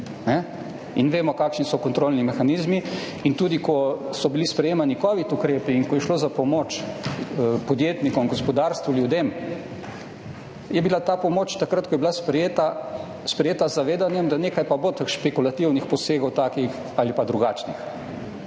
In vemo kakšni so kontrolni mehanizmi. In tudi, ko so bili sprejemani COVID ukrepi, in ko je šlo za pomoč podjetnikom, gospodarstvu, ljudem, je bila ta pomoč takrat, ko je bila sprejeta, sprejeta z zavedanjem, da nekaj pa bo teh špekulativnih posegov, takih ali pa drugačnih.